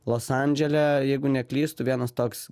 los andžele jeigu neklystu vienas toks